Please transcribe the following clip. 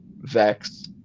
vex